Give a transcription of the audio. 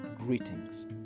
greetings